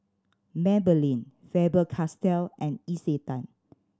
Maybelline Faber Castell and Isetan